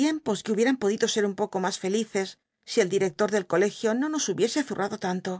tiempos que hubieran podido se uu poca mas felices si el director del colegio nonos hul icsc zurrado tanto